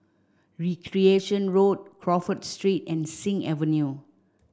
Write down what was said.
Recreation Road Crawford Street and Sing Avenue